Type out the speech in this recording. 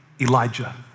Elijah